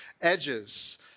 edges